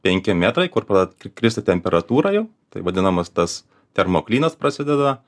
penki metrai kur prad kristi temperatūra jau tai vadinamas tas termoklinas prasideda